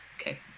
Okay